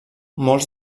molts